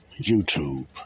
YouTube